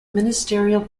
ministerial